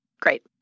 Great